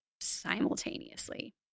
simultaneously